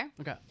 Okay